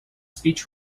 speech